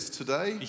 today